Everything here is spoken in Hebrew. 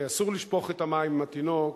שאסור לשפוך את המים עם התינוק,